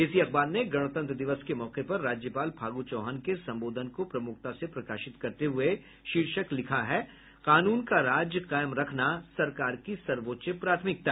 इसी अखबार ने गणतंत्र दिवस के मौके पर राज्यपाल फागू चौहान के संबोधन को प्रमुखता से प्रकाशित करते हुए शीर्षक बनाया है कानून का राज कायम रखना सरकार की सर्वोच्च प्राथमिकता